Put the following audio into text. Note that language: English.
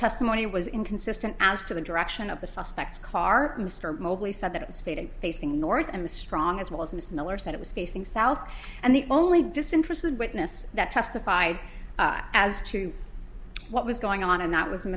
testimony was inconsistent as to the direction of the suspects car mr mobley said that it was faded facing north and was strong as well as mr miller said it was facing south and the only disinterested witness that testified as to what was going on and that was i